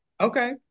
Okay